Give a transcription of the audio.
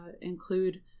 include